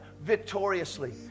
victoriously